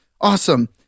awesome